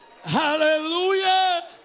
hallelujah